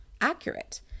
accurate